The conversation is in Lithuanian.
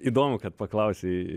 įdomu kad paklausei